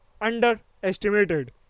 underestimated